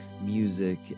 music